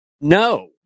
No